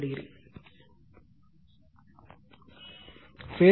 57o